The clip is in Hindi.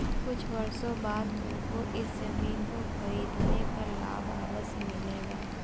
कुछ वर्षों बाद तुमको इस ज़मीन को खरीदने पर लाभ अवश्य मिलेगा